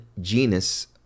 genus